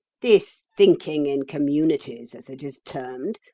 this thinking in communities as it is termed,